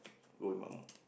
go with